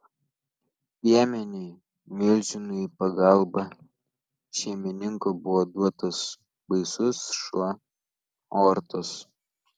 piemeniui milžinui į pagalbą šeimininko buvo duotas baisus šuo ortas